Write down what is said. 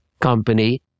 company